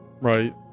Right